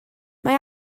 mae